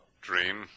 Dream